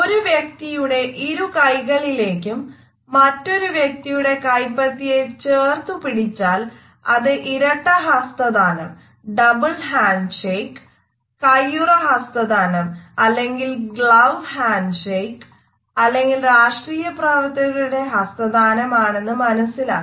ഒരു വ്യക്തിയുടെ ഇരു കൈകളിലേക്കും മറ്റൊരു വ്യക്തിയുടെ കൈപ്പത്തിയെ ചേർത്തുപിടിച്ചാലത് ഇരട്ട ഹസ്തദാനം അല്ലെങ്കിൽ രാഷ്ട്രീയ പ്രവർത്തകരുടെ ഹസ്തദാനമാണെന്ന് മനസിലാക്കാം